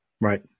Right